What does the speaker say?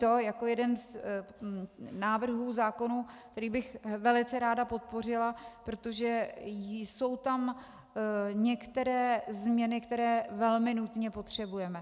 Je to jeden z návrhů zákonů, který bych velice ráda podpořila, protože jsou tam některé změny, které velmi nutně potřebujeme.